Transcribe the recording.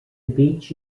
beach